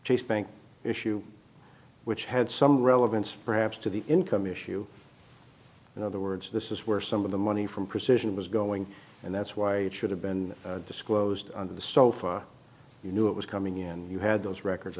chase bank issue which had some relevance perhaps to the income issue in other words this is where some of the money from precision was going and that's why it should have been disclosed under the sofa you knew it was coming in and you had those records